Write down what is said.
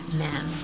men